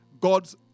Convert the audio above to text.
God's